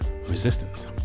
resistance